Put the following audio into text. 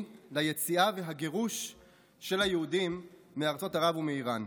ליציאה והגירוש של היהודים מארצות ערב ומאיראן.